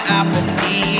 apathy